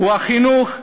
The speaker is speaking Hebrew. היא החינוך,